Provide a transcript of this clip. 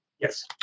Yes